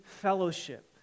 fellowship